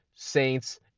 Saints